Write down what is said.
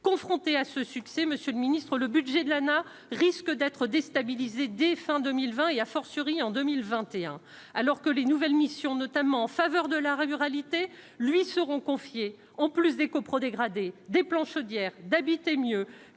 monsieur le ministre, le budget de l'ANA risquent d'être déstabilisés dès fin 2020 et a fortiori en 2021 alors que les nouvelles missions, notamment en faveur de la revue réalités lui seront confiés ont plus d'écho pro-dégradé des plans chaudière d'habiter mieux